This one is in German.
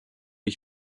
ich